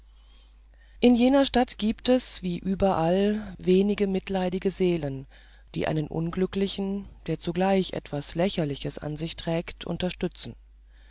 in jener stadt gibt es wie überall wenige mitleidige seelen die einen unglücklichen der zugleich etwas lächerliches an sich trägt unterstützten